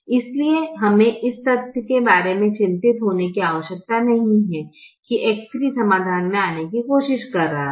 इसलिए हमें इस तथ्य के बारे में चिंतित होने की आवश्यकता नहीं है कि X3 x समाधान आने की कोशिश कर रहा है